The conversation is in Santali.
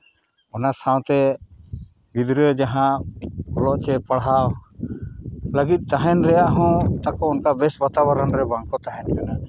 ᱚᱱᱟ ᱥᱟᱶᱛᱮ ᱜᱤᱫᱽᱨᱟᱹ ᱡᱟᱦᱟᱸ ᱚᱞᱚᱜ ᱪᱮ ᱯᱟᱲᱦᱟᱣ ᱞᱟᱹᱜᱤᱫ ᱛᱟᱦᱮᱱ ᱨᱮᱭᱟᱜ ᱦᱚᱸ ᱛᱟᱠᱚ ᱚᱱᱠᱟ ᱵᱮᱥ ᱵᱟᱛᱟ ᱵᱚᱨᱚᱱ ᱨᱮ ᱵᱟᱝ ᱠᱚ ᱛᱟᱦᱮᱱ ᱠᱟᱱᱟ